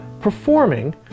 performing